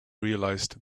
realized